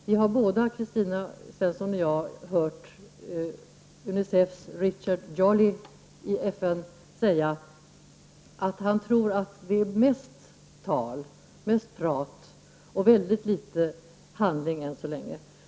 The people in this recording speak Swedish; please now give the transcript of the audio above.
Vi har, både Kristina Svensson och jag, hört UNICEFSs Richard Jolly i FN säga att han tror att det är mest prat och väldigt litet handling än så länge.